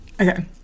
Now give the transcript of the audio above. Okay